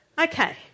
Okay